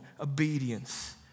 obedience